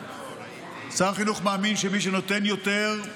שר החינוך מאמין שמי שנותן יותר,